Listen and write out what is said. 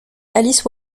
alice